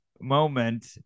moment